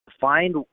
find